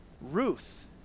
Ruth